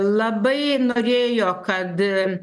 labai norėjo kad